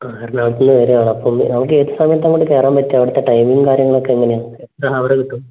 ആ എറണാകുളത്തുനിന്ന് വരുവാണ് അപ്പം എന്ന് നമുക്ക് ഏത് സമയത്താണ് അങ്ങോട്ട് കയറാൻ പറ്റുക അവിടുത്തെ ടൈമിങ്ങും കാര്യങ്ങളും ഒക്കെ എങ്ങനെയാണ് ദാ അവിടെ കിട്ടും